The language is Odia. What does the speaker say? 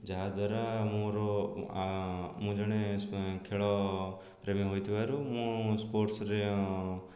ଯାହାଦ୍ୱାରା ମୋର ମୁଁ ଜଣେ ଖେଳପ୍ରେମୀ ହୋଇଥିବାରୁ ମୁଁ ସ୍ପୋର୍ଟସ୍ରେ